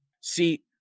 See